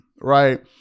right